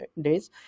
days